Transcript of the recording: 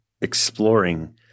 exploring